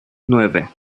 nueve